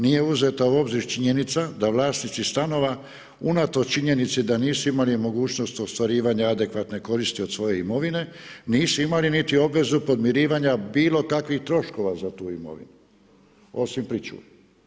Nije uzeta u obzir činjenica da vlasnici stanova unatoč činjenici da nisu imali mogućnost ostvarivanja adekvatne koristi od svoje imovine nisu imali niti obvezu podmirivanja bilo kakvih troškova za tu imovinu, osim pričuve.